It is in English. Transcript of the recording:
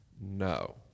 no